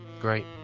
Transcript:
Great